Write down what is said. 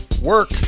work